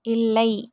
இல்லை